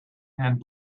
and